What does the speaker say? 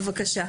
בבקשה.